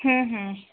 ହୁଁ ହୁଁ